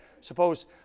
suppose